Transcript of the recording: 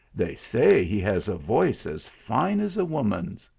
they say he has a voice as fine as a woman